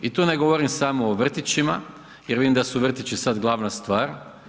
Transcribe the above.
I tu ne govorim samo o vrtićima jer vidim da su vrtići sad glavna stvar.